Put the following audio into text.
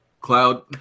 Cloud